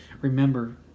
Remember